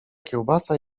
kiełbasa